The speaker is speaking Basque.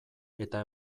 eta